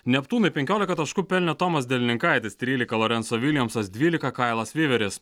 neptūnui penkioliką taškų pelnė tomas delininkaitis trylika lorenco viljamsas dvylika kailas viveris